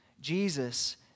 Jesus